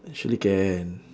actually can